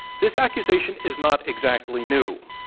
this accusation is not exactly new.